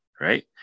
right